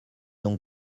donc